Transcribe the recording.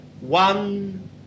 one